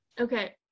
okay